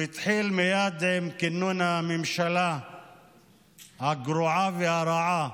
הוא התחיל מייד עם כינון הממשלה הגרועה והרעה